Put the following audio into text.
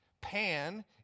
Pan